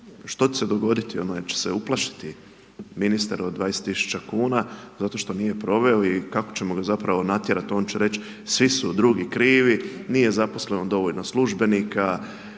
što će se dogoditi, ono, hoće se uplašiti ministar od 20 tisuća kuna zato što nije proveo i kako ćemo ga zapravo natjerati, on će reći svi su drugi krivi, nije zaposleno dovoljno službenika,